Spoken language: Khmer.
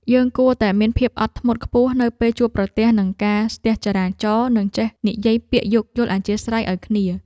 យើងគួរតែមានភាពអត់ធ្មត់ខ្ពស់នៅពេលជួបប្រទះនឹងការស្ទះចរាចរណ៍និងចេះនិយាយពាក្យយោគយល់អធ្យាស្រ័យឱ្យគ្នា។